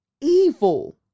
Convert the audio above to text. evil